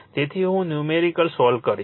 તેથી હું numerical solve કરીશ